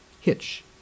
Hitch